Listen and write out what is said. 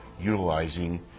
utilizing